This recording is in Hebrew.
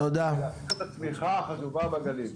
ולתת את התמיכה החשובה בגליל.